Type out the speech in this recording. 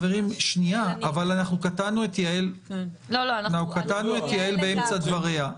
חברים, אבל קטענו את יעל באמצע דבריה.